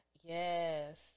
Yes